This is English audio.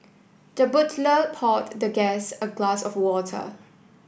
the poured the guest a glass of water